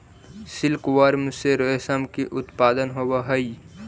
silkworm से रेशम के उत्पादन होवऽ हइ